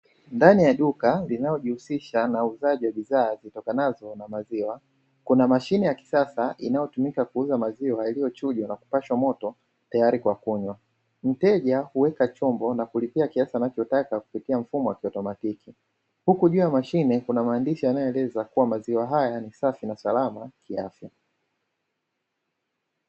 Ndani ya duka linalojihusisha na uuzaji wa bidhaa zitokanazo na maziwa, kuna mashine ya kisasa inayotumika kuuza maziwa yaliyochujwa na kupashwa moto tayari kwa kunywa. Mteja huweka chombo na kulipia kiasi anachotaka kupitia mfumo wa kiautomatiki. Huku juu ya mashine kuna maandishi yanayoeleza kuwa maziwa haya ni safi na salama kiafya.